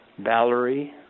Valerie